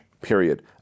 period